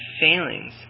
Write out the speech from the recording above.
failings